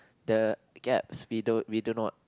the gaps we don't we don't know what